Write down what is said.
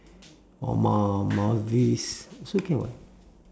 or mal~ maldives also can [what]